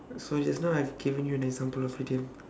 so just now I've given you an example of idiom